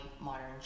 modern